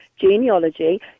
genealogy